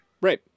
Right